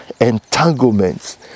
entanglements